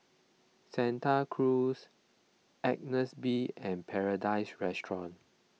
Santa Cruz Agnes B and Paradise Restaurant